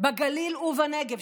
בגליל ובנגב.